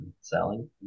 selling